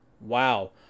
Wow